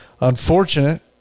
Unfortunate